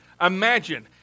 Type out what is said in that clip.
Imagine